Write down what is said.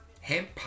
hemp